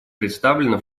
представлена